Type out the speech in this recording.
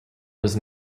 was